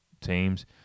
teams